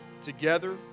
together